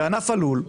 בענף הלול,